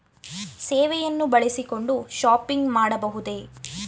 ಸೇವೆಯನ್ನು ಬಳಸಿಕೊಂಡು ಶಾಪಿಂಗ್ ಮಾಡಬಹುದೇ?